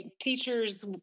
teachers